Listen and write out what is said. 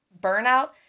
burnout